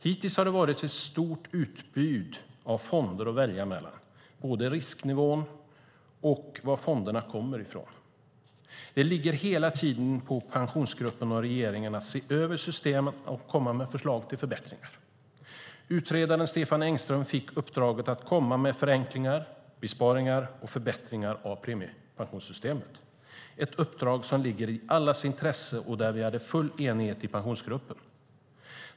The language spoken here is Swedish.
Hittills har det funnits ett stort utbud av fonder att välja mellan vad gäller både risknivå och varifrån fonderna kommer. Det ligger hela tiden på Pensionsgruppen och regeringen att se över systemen och komma med förslag till förbättringar. Utredaren Stefan Engström fick uppdraget att komma med förenklingar, besparingar och förbättringar av premiepensionssystemet, ett uppdrag som ligger i allas intresse och där vi hade full enighet i Pensionsgruppen.